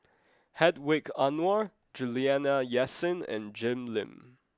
Hedwig Anuar Juliana Yasin and Jim Lim